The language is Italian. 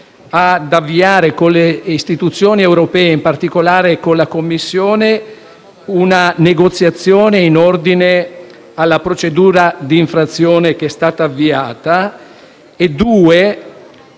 intraprendere con le istituzioni europee, in particolare con la Commissione, una negoziazione in ordine alla procedura d'infrazione che è stata avviata; e,